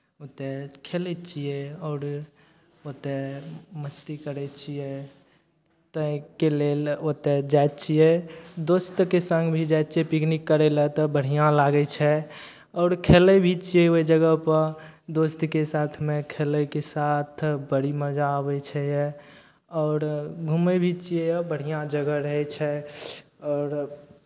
तऽ खेलै छियै और ओतय मस्ती करै छियै ताहिके लेल ओतय जाइ छियै दोस्तके सङ्ग भी जाइ छियै पिकनिक करय लए तऽ बढ़िआँ लागै छै आओर खेलै भी छियै ओहि जगहपर दोस्तके साथमे खेलयके साथ बड़ी मजा आबै छै आओर घूमै भी छियै बढ़िआँ जगह रहै छै आओर